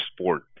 sport